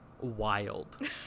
wild